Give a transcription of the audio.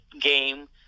game